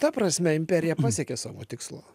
ta prasme imperija pasiekė savo tikslą